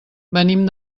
venim